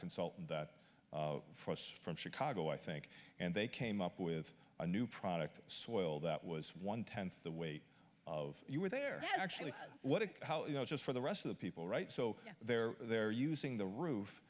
consultant for us from chicago i think and they came up with a new product soil that was one tenth the weight of you were there and actually what how you know just for the rest of the people right so they're they're using the roof